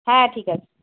হ্যাঁ ঠিক আছে